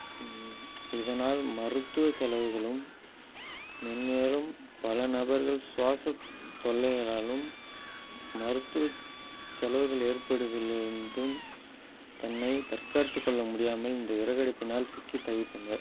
இதனால் மருத்துவ செலவுகளும் மென்மேலும் பல நபர்கள் சுவாச தொல்லைகளாலும் மருத்துவச் செலவுகள் ஏற்படுவதிலிருந்தும் தன்னை தற்காத்துக்கொள்ள முடியாமல் இந்த விறகடுப்பினால் சிக்கித் தவித்தனர்